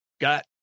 got